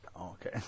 Okay